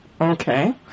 okay